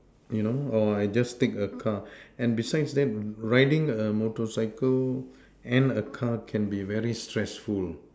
you know oh I just take the car and besides that's riding a motorcycle and a car can be very stressful